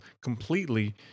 completely